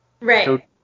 Right